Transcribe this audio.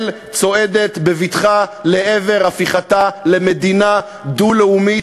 צועדת בבטחה לעבר הפיכתה למדינה דו-לאומית,